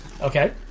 Okay